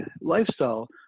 lifestyle